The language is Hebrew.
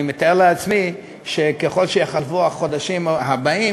אני מתאר לעצמי שככל שיחלפו החודשים הבאים